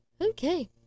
Okay